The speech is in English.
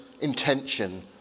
intention